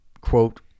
quote